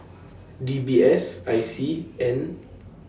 D B S I C and